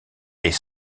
est